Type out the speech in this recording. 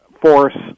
force